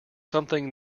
something